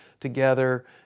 together